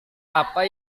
apa